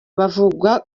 bavuga